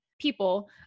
people